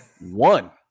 one